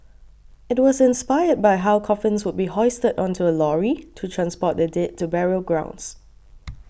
it was inspired by how coffins would be hoisted onto a lorry to transport the dead to burial grounds